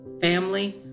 family